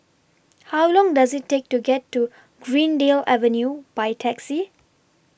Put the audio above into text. How Long Does IT Take to get to Greendale Avenue By Taxi